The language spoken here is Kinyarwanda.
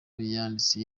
yanditse